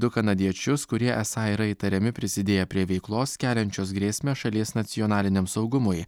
du kanadiečius kurie esą yra įtariami prisidėję prie veiklos keliančios grėsmę šalies nacionaliniam saugumui